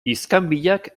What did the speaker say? iskanbilak